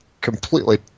Completely